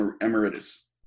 Emeritus